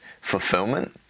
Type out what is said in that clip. fulfillment